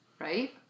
right